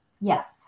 yes